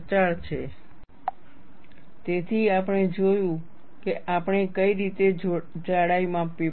plate સ્ટોકમાંથી સ્પેસીમેનની પસંદગી તેથી આપણે જોયું કે આપણે કઈ રીતે જાડાઈ માપવી પડશે